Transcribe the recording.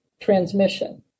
transmission